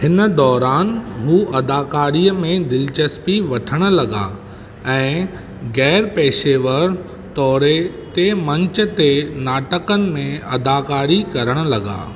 हिन दौरान हूअ अदाकारीअ में दिलचस्पी वठणु लगा॒ ऐं गै़रपेशेवरु तौरे ते मंच ते नाटकुनि में अदाकारी करणु लगा॒